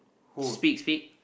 speak speak